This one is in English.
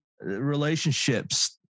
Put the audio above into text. relationships